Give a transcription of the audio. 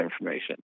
information